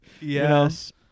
yes